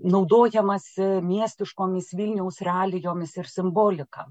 naudojamasi miestiškomis vilniaus realijomis ir simbolika